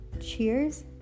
cheers